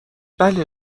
بله